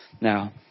now